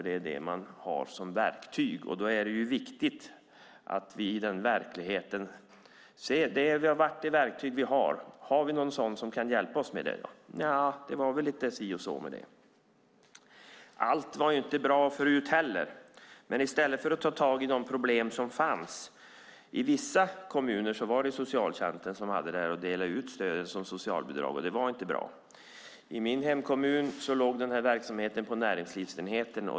Det är den man har som verktyg. Det är viktigt att vi ser verkligheten. Det har varit det verktyg vi haft. Har vi någon som kan hjälpa oss med det? Nej, det var väl lite si och så med det. Allt var inte bra förut heller. Men man har inte tagit tag i de problem som fanns. I vissa kommuner delade socialtjänsten ut stöd som socialbidrag, och det var inte bra. I min hemkommun låg denna verksamhet på näringslivsenheten.